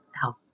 health